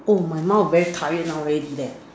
oh my mouth very tired now already leh